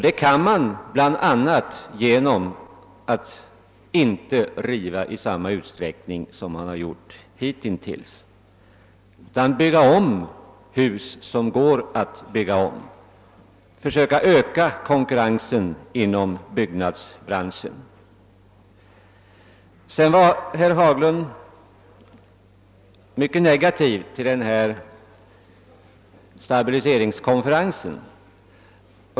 Det kan man åstadbara sagt, att om vi kan få fram samma utsträckning som man har gjort hitintills utan bygga om hus som går att bygga om och genom att försöka öka konkurrensen inom =: byggnadsbran Herr Haglund var mycket negativt inställd till förslaget om en stabiliseringskonferens.